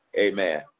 Amen